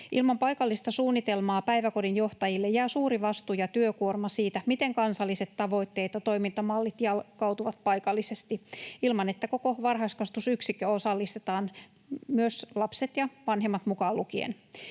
Ilman paikallista suunnitelmaa päiväkodin johtajille jää suuri vastuu ja työkuorma siitä, miten kansalliset tavoitteet ja toimintamallit jalkautuvat paikallisesti ilman, että koko varhaiskasvatusyksikkö osallistetaan, myös lapset ja vanhemmat mukaan lukien.